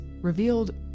revealed